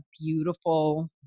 beautiful